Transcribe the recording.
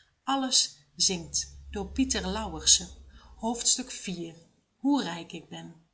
in oe rijk ik ben